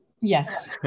Yes